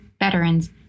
veterans